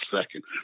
second